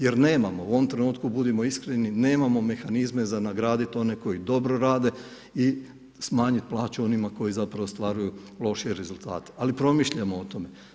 Jer nemamo, u ovom trenutku budimo iskreni nemamo mehanizme za nagraditi one koji dobro rade i smanjiti plaće onima koji zapravo ostvaruju lošije rezultate, ali promišljamo o tome.